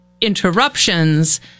interruptions